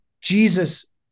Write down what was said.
Jesus